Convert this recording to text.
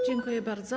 Dziękuję bardzo.